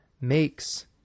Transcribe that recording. makes